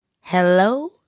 Hello